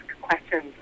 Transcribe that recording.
questions